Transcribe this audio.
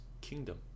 kingdom